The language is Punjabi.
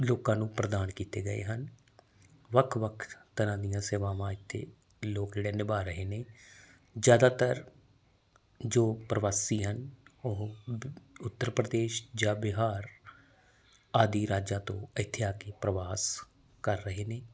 ਲੋਕਾਂ ਨੂੰ ਪ੍ਰਦਾਨ ਕੀਤੇ ਗਏ ਹਨ ਵੱਖ ਵੱਖ ਤਰ੍ਹਾਂ ਦੀਆਂ ਸੇਵਾਵਾਂ ਇਥੇ ਲੋਕ ਜਿਹੜੇ ਨਿਭਾ ਰਹੇ ਨੇ ਜਿਆਦਾਤਰ ਜੋ ਪ੍ਰਵਾਸੀ ਹਨ ਉਹ ਉੱਤਰ ਪ੍ਰਦੇਸ਼ ਜਾਂ ਬਿਹਾਰ ਆਦਿ ਰਾਜਾਂ ਤੋਂ ਐਥੇ ਆ ਕੇ ਪਰਵਾਸ ਕਰ ਰਹੇ ਨੇ